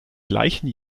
gleichen